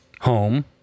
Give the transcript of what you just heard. home